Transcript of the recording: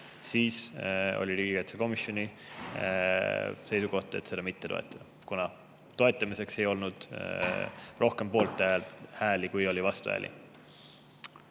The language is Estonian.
siis oli riigikaitsekomisjoni seisukoht seda mitte toetada, kuna toetamiseks ei olnud rohkem poolthääli, kui oli vastuhääli.